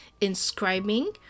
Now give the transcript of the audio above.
inscribing